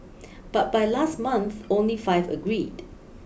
but by last month only five agreed